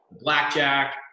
blackjack